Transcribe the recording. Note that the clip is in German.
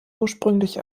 ursprünglich